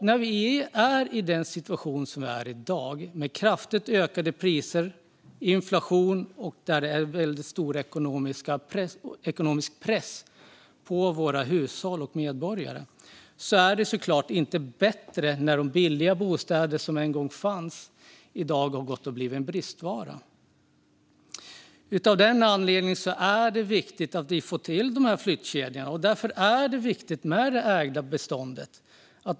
När vi är i den situation som vi i dag är i med kraftigt ökade priser, inflation och väldigt stor ekonomisk press på våra hushåll och medborgare är det såklart inte bättre när de billiga bostäder som en gång fanns i dag har blivit en bristvara. Av den anledningen är det viktigt att vi får till flyttkedjorna. Därför är det viktigt med det ägda beståndet.